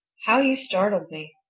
how you startled me!